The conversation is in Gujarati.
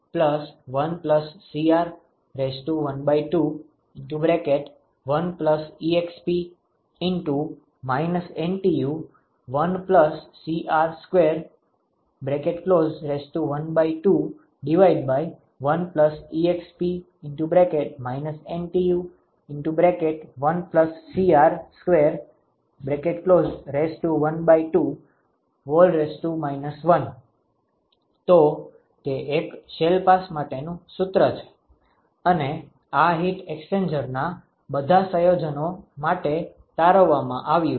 તેથી 𝜀 21Cr1Cr12 1exp NTU1Cr212 1exp NTU1Cr212 1 તો તે એક શેલ પાસ માટેનું સુત્ર છે અને આ હીટ એક્સ્ચેન્જરના બધા સંયોજનો માટે તારવવામાં આવ્યું છે